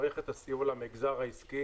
מערכת הסיוע למגזר העסקי